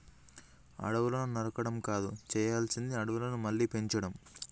అడవులను నరకడం కాదు చేయాల్సింది అడవులను మళ్ళీ పెంచడం